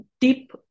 deep